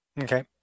Okay